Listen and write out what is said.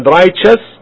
righteous